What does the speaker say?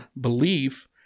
belief